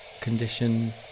condition